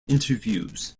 interviews